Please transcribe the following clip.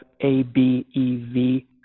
A-B-E-V